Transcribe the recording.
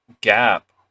gap